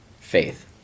faith